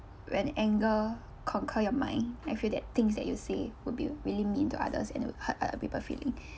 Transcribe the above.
when anger conquer your mind I feel that things that you say would be really mean to others and it would hurt other people feeling